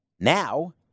Now